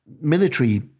military